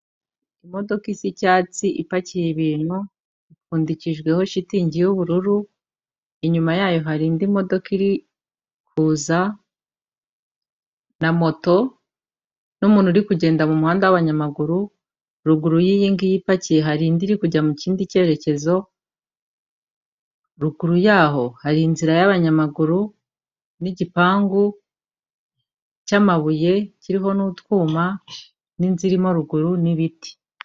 Imodoka isa icyatsi ipakiye ibintu, ipfundikijweho shitingi y'ubururu, inyuma yayo hari indi modoka iri kuza na moto n'umuntu uri kugenda mu muhanda w'abanyamaguru, ruguru y'iyi ngiyi ipakiye hari indi iri kujya mu kindi cyerekezo, ruguru yaho hari inzira y'abanyamaguru n'igipangu cy'amabuye kiriho n'utwuma n'inzu irimo ruguru n'ibiti.